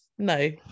No